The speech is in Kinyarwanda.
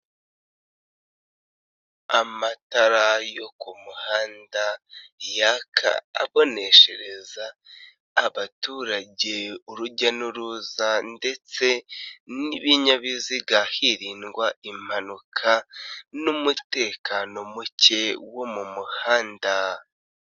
Amatara yo ku muhanda yaka aboneshereza abaturage, urujya n'uruza ndetse n'ibinyabiziga hirindwa impanuka n'umutekano muke wo mu muhanda.